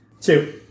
Two